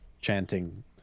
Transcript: chanting